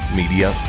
media